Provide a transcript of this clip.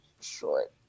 short